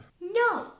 No